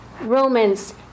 Romans